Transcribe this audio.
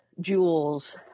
jewels